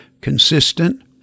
consistent